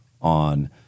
on